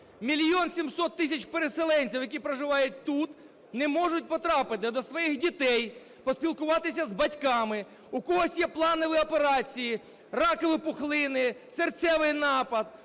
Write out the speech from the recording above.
мільйон 700 тисяч переселенців, які проживають тут, не можуть потрапити до своїх дітей, поспілкуватися з батьками, у когось є планові операції, ракові пухлини, серцевий напад,